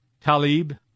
Talib